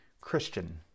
Christian